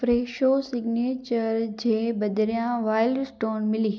Fresho Signature जे बदिरियां Wild Stone मिली